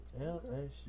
LSU